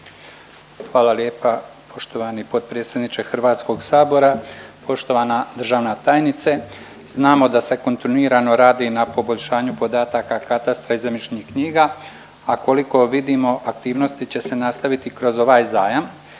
Hvala lijepa poštovani potpredsjedniče Hrvatskog sabora. Poštovana državna tajnice znamo da se kontinuirano radi na poboljšanju podataka katastra i zemljišnih knjiga, a koliko vidimo aktivnosti će se nastaviti kroz ovaj zajam